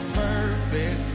perfect